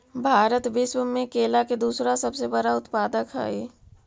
भारत विश्व में केला के दूसरा सबसे बड़ा उत्पादक हई